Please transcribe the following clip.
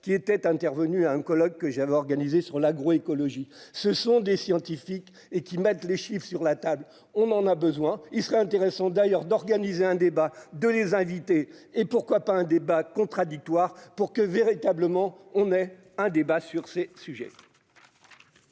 qui était intervenue à un colloque que j'avais organisé sur l'agroécologie, ce sont des scientifiques et qui mettent les chiffre sur la table, on en a besoin, il serait intéressant d'ailleurs d'organiser un débat de les inviter et pourquoi pas un débat contradictoire pour que, véritablement, on ait un débat sur ces sujets.